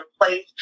place